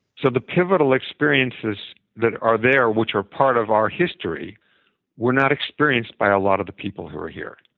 so the pivotal experiences that are there which are part of our history were not experienced by a lot of the people who are here.